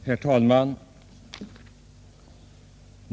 Herr talman!